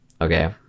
Okay